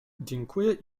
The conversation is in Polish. dziękuję